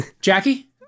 Jackie